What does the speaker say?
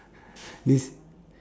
this